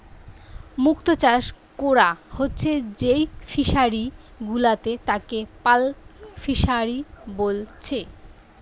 মুক্ত চাষ কোরা হচ্ছে যেই ফিশারি গুলাতে তাকে পার্ল ফিসারী বলছে